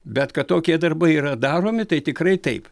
bet kad tokie darbai yra daromi tai tikrai taip